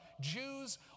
Jews